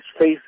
face